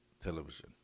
television